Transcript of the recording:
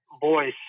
voice